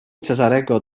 cezarego